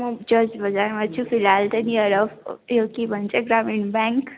ए म चर्च बजारमा छु फिलहाल त नियर अफ यो के भन्छ ग्रामीण ब्याङ्क